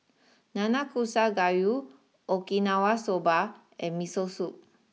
Nanakusa Gayu Okinawa Soba and Miso Soup